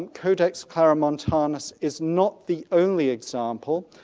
and codex claromontanus, is not the only example,